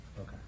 Okay